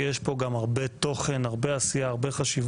יש פה גם הרבה תוכן, הרבה עשייה, הרבה חשיבות.